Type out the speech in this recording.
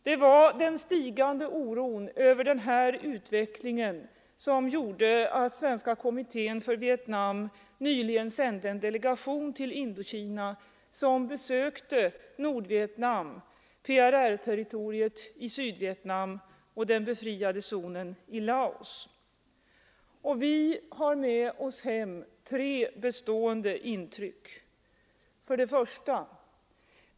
Det var den stigande oron över den här utvecklingen som gjorde att Svenska kommittén för Vietnam nyligen sände en delegation till Indokina. Den besökte Nordvietnam, PRR-territoriet i Sydvietnam och den befriade zonen i Laos. Vi har med oss hem tre bestående intryck: 1.